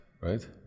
right